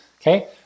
okay